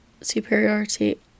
superiority